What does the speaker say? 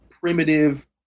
primitive